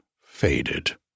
faded